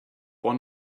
one